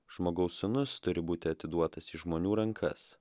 žmogaus sūnus turi būti atiduotas į žmonių rankas